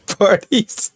parties